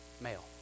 male